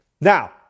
Now